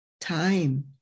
time